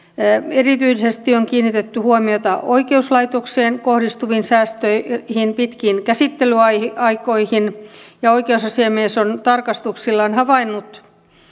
erityisesti on kiinnitetty huomiota oikeuslaitokseen kohdistuviin säästöihin ja pitkiin käsittelyaikoihin ja oikeusasiamies on tarkastuksillaan havainnut